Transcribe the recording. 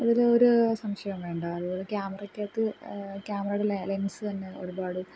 ഇതിലൊരു സംശയോം വേണ്ട അതുപോലെ ക്യാമറയ്ക്കകത്ത് ക്യാമറേടെ ലെൻസ്സ് തന്നെ ഒരുപാട്